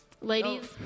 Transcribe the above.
ladies